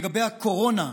לגבי הקורונה,